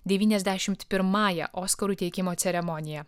devyniasdešimt pirmąja oskarų teikimo ceremonija